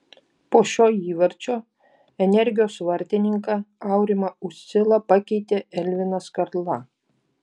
po šio įvarčio energijos vartininką aurimą uscilą pakeitė elvinas karla